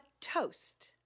toast